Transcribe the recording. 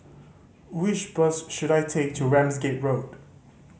which bus should I take to Ramsgate Road